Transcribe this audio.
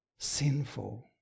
sinful